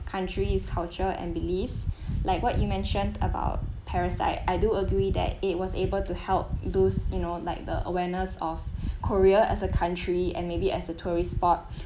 country's culture and beliefs like what you mentioned about parasite I do agree that it was able to help those you know like the awareness of korea as a country and maybe as a tourist spot